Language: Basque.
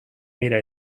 bira